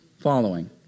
following